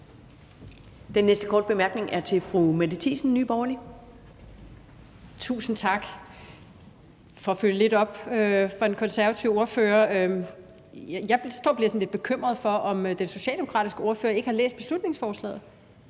Den næste korte bemærkning er fra fru Mette Thiesen, Nye Borgerlige. Kl. 15:42 Mette Thiesen (NB): Tusind tak. For at følge lidt op på den konservative ordfører vil jeg sige, at jeg står og bliver lidt bekymret for, om den socialdemokratiske ordfører ikke har læst beslutningsforslaget.